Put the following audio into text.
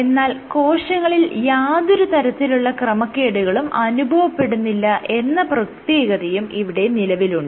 എന്നാൽ കോശങ്ങളിൽ യാതൊരു തരത്തിലുള്ള ക്രമക്കേടുകളും അനുഭവപ്പെടുന്നില്ല എന്ന പ്രത്യേകതയും ഇവിടെ നിലവിലുണ്ട്